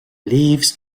leaves